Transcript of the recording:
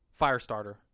Firestarter